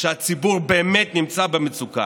שהציבור באמת נמצא במצוקה.